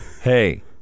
Hey